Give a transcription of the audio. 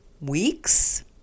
weeks